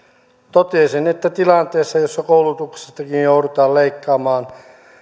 totesin että tilanteessa jossa koulutuksestakin joudutaan leikkaamaan